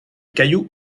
cailloux